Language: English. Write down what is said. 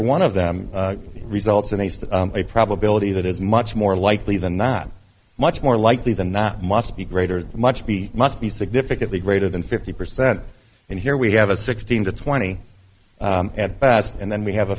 one of them results in a state a probability that is much more likely than not much more likely than not must be greater that much meat must be significantly greater than fifty percent and here we have a sixteen to twenty at best and then we have a